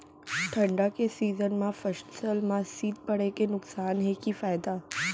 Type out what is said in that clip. ठंडा के सीजन मा फसल मा शीत पड़े के नुकसान हे कि फायदा?